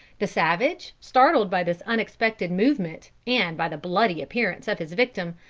the savage, startled by this unexpected movement and by the bloody appearance of his victim,